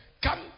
come